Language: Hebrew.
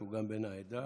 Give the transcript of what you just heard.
שהוא גם בן העדה